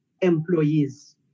employees